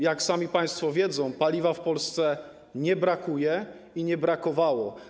Jak sami państwo wiedzą, paliwa w Polsce nie brakuje i nie brakowało.